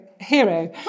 Hero